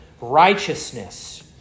righteousness